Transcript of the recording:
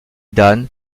dan